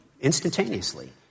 instantaneously